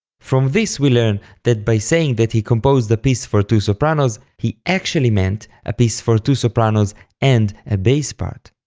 from this we learn that by saying that he composed a piece for two sopranos, he actually meant a piece for two sopranos and a bass part,